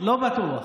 לא בטוח.